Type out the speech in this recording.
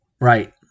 right